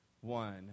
one